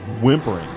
whimpering